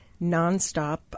nonstop